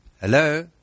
hello